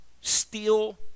steal